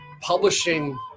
publishing